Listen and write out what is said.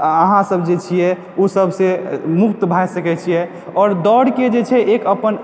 अहाँसभ जे छियै ओसभसे मुक्त भए सकैत छियै आओर दौड़के जे छै एक अपन